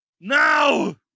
now